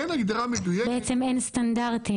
אין הגדרה מדויקת --- בעצם, אין סטנדרטים.